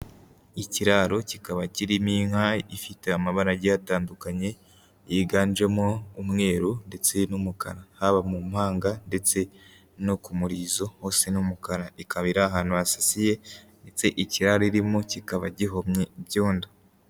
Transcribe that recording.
Ikiraro kikaba kirimo inka ifite amabara agiye atandukanye, yiganjemo umweru ndetse n'umukara. Haba mu mpanga ndetse no ku murizo hose ni umukara. Ikaba iri ahantu hasasiye ndetse ikiraro irimo kikaba gihomye ibyondo.